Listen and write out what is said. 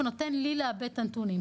ונותן לי לעבד את הנתונים.